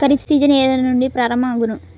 Kharif season ఏ నెల నుండి ప్రారంభం అగును?